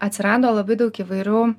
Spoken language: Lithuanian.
atsirado labai daug įvairių